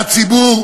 והציבור,